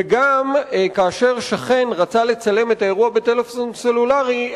וגם כאשר שכן רצה לצלם את האירוע בטלפון סלולרי,